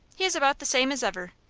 he is about the same as ever.